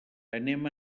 anem